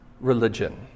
religion